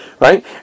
right